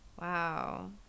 wow